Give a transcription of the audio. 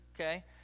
Okay